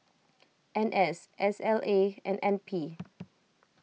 N S S L A and N P